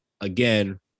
again